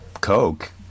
Coke